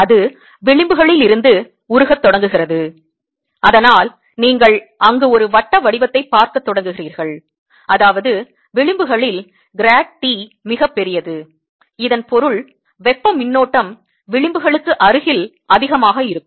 அது விளிம்புகளில் இருந்து உருகத் தொடங்குகிறது அதனால் நீங்கள் அங்கு ஒரு வட்ட வடிவத்தைப் பார்க்கத் தொடங்குகிறீர்கள் அதாவது விளிம்புகளில் Grad T மிகப்பெரியது இதன் பொருள் வெப்ப மின்னோட்டம் விளிம்புகளுக்கு அருகில் அதிகமாக இருக்கும்